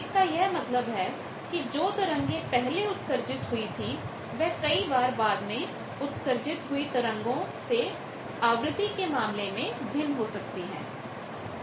इसका यह मतलब है कि जो तरंगे पहले उत्सर्जित हुई थी वह कई बार बाद में उत्सर्जित हुई तरंगों से आवृत्ति के मामले में भिन्न हो सकती हैं